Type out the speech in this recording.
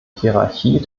hierarchie